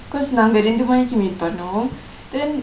cause நாங்க ரெண்டு மணிக்கு:naangka rendu manikku meet பன்னோம்:pannom then